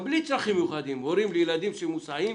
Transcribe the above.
גם בלי צרכים מיוחדים, הורים לילדים שמוסעים